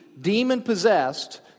demon-possessed